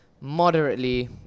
Moderately